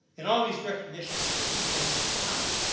in all these recognitions, there's a few things that are common.